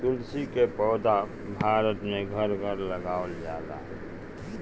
तुलसी के पौधा भारत में घर घर लगावल जाला